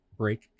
break